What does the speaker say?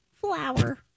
Flower